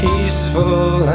Peaceful